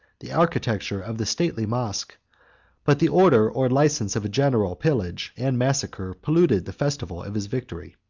the architecture of the stately mosque but the order or license of a general pillage and massacre polluted the festival of his victory.